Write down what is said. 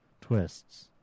twists